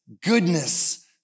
goodness